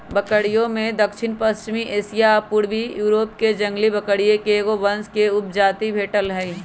बकरिमें दक्षिणपश्चिमी एशिया आ पूर्वी यूरोपके जंगली बकरिये के एगो वंश उपजाति भेटइ हइ